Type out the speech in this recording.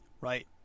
right